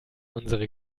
unsere